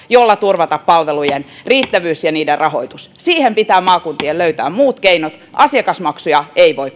jolla turvata palvelujen riittävyys ja niiden rahoitus siihen pitää maakuntien löytää muut keinot asiakasmaksuja ei voi